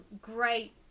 great